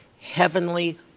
heavenly